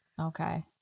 okay